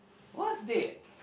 worst date